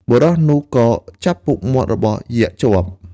បុរសនោះក៏ចាប់ពុកមាត់របស់យក្សជាប់។